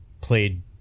played